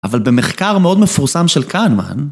אבל במחקר מאוד מפורסם של קנמן